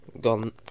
gone